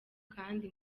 kandi